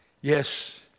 Yes